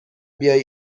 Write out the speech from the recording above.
بیایی